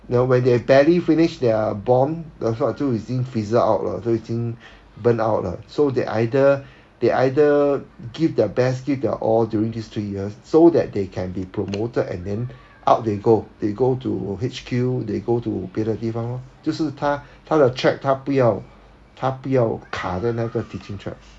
know when they have barely finished their bond 他就已经 fizzle out 了已经 burn out 了 so they either they either give their best give their all during these three years so that they can be promoted and then out they go they go to H_Q they go to 别的地方 lor 就是他他的 check 他不要他不要卡在那个 teaching track